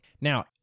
Now